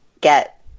get